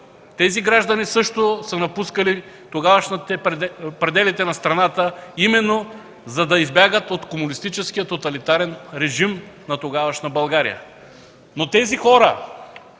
тези граждани също напускали пределите на страната, именно за да избягат от комунистическия тоталитарен режим на тогавашна България.